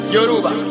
Yoruba